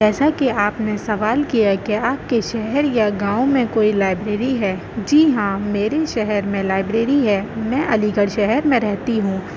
جیسا کہ آپ نے سوال کیا کہ آپ کے شہر یا گاؤں میں کوئی لائبریری ہے جی ہاں میرے شہر میں لائبریری ہے میں علی گڑھ شہر میں رہتی ہوں